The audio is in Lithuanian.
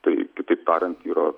tai kitaip tariant yra